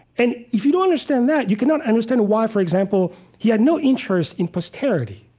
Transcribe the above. and if you don't understand that, you cannot understand why, for example, he had no interest in posterity.